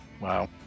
Wow